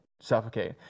suffocate